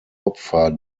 opfer